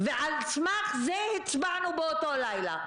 ועל סמך זה הצבענו באותו לילה.